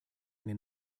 eine